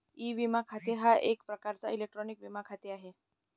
E विमा खाते हा एक प्रकारचा इलेक्ट्रॉनिक विमा खाते आहे